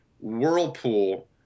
whirlpool